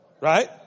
Right